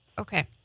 Okay